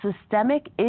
systemic